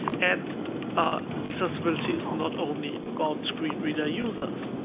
and ah accessibility is not only about screen reader users,